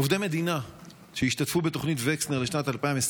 עובדי מדינה שהשתתפו בתוכנית וקסנר לשנת 2024,